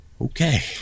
Okay